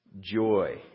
joy